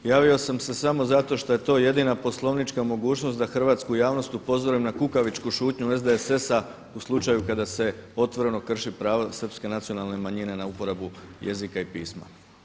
Javio sam se samo zato što je to jedina poslovnička mogućnost da hrvatsku javnost upozorim na kukavičku šutnju SDSS-a u slučaju kada se otvoreno krši pravo Srpske nacionalne manjine na uporabu jezika i pisma.